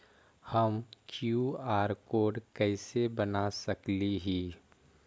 हम QR code कैसे बना सकली ही?